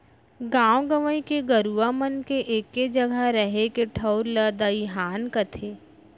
गॉंव गंवई के गरूवा मन के एके जघा रहें के ठउर ला दइहान कथें